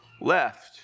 left